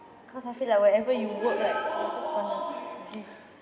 cause I feel like whatever you work right you're just gonna give